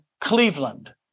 Cleveland